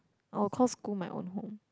I'll call school my own home